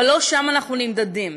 אבל לא שם אנחנו נמדדים.